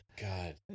God